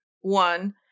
one